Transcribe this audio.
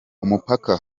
umupaka